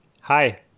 Hi